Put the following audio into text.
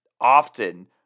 often